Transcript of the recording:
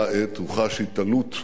הוא חש התעלות גדולה,